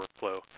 workflow